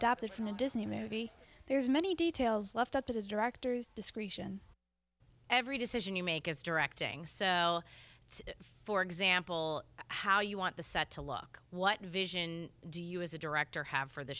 adapted from a disney movie there's many details left up to the director's discretion every decision you make is directing so it's for example how you want the set to look what vision do you as a director have for the